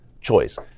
choice